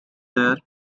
there